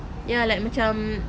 ya like macam